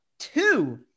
Two